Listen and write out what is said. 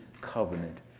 covenant